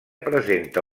presenta